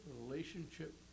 relationship